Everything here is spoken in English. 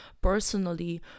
personally